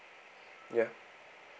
ya